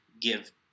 give